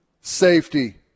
safety